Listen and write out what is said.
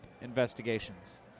investigations